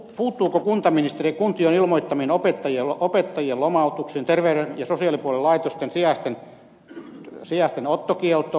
puuttuuko kuntaministeri kuntien jo ilmoittamiin opettajien lomautuksiin terveyden ja sosiaalipuolen laitosten sijaisten ottokieltoon